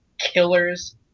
killers